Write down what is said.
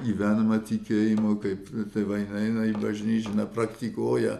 gyvenama tikėjimu kaip tėvai neina į bažnyčią nepraktikuoja